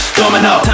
domino